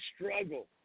struggle